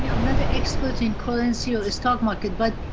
yeah i'm not an expert in currency or stock market, but,